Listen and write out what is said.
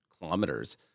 kilometers